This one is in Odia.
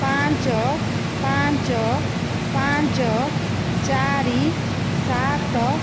ପାଞ୍ଚ ପାଞ୍ଚ ପାଞ୍ଚ ଚାରି ସାତ